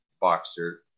boxer